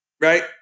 Right